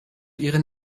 ihren